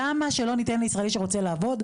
למה שלא ניתן לכל ישראלי שרוצה לעבוד,